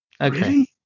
Okay